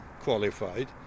qualified